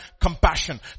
compassion